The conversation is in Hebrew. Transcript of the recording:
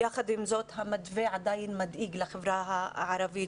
יחד עם זאת, המתווה לחברה הערבית עדיין מדאיג.